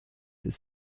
ist